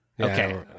Okay